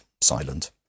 silent